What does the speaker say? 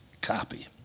copy